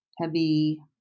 heavy